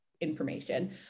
information